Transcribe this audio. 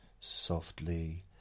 ...softly